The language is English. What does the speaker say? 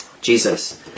Jesus